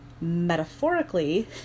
metaphorically